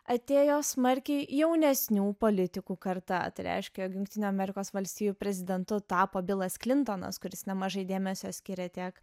atėjo smarkiai jaunesnių politikų karta tai reiškė jog jungtinių amerikos valstijų prezidentu tapo bilas klintonas kuris nemažai dėmesio skyrė tiek